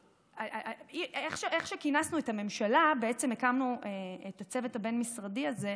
איך שכינסנו את הממשלה בעצם הקמנו את הצוות הבין-משרדי הזה,